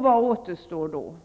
Vad återstår då,